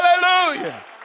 hallelujah